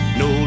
no